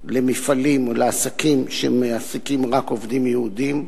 למפעלים או לעסקים שמעסיקים רק עובדים יהודים?